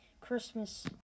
Christmas